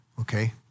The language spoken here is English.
Okay